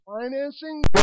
financing